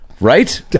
right